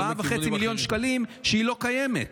ב-4.5 מיליון שקלים, שהיא לא קיימת.